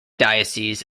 diocese